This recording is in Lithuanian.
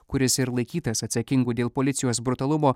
kuris ir laikytas atsakingu dėl policijos brutalumo